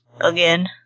again